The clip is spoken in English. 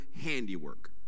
handiwork